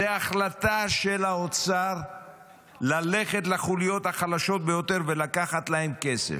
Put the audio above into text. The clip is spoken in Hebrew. זה החלטה של האוצר ללכת לחוליות החלשות ביותר ולקחת להן כסף.